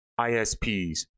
ISPs